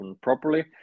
properly